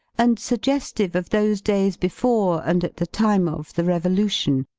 and suggestive of those days before, and at the time of, the revolution,